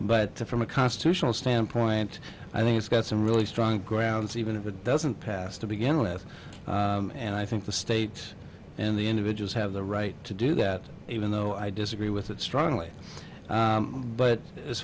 but from a constitutional standpoint i think it's got some really strong grounds even if it doesn't pass to begin with and i think the states and the individuals have the right to do that even though i disagree with that strongly but as